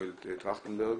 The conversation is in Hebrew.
מנואל טרכטנברג,